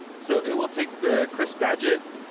so it will take the chris badgett.